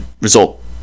result